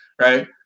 right